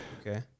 okay